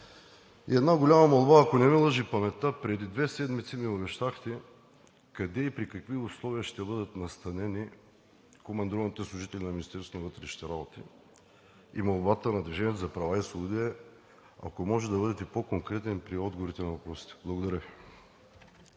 И една голяма молба, ако не ме лъже паметта, преди две седмици ми обещахте къде и при какви условия ще бъдат настанени командированите служители на Министерството на вътрешните работи? Молбата на „Движението за права и свободи“ е, ако може, да бъдете по-конкретен при отговорите на въпросите. Благодаря.